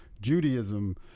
Judaism